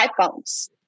iPhones